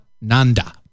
Nanda